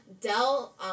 Dell